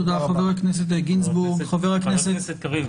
חבר הכנסת רוטמן,